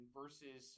versus